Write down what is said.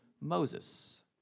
Moses